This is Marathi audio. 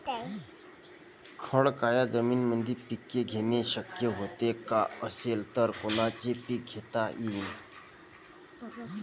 खडकाळ जमीनीमंदी पिके घेणे शक्य हाये का? असेल तर कोनचे पीक घेता येईन?